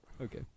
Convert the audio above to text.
Okay